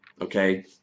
okay